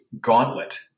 gauntlet